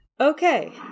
okay